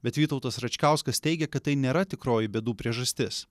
bet vytautas račkauskas teigia kad tai nėra tikroji bėdų priežastis